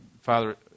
Father